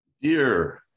Dear